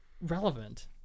relevant